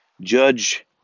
judge